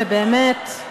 ובאמת,